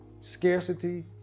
scarcity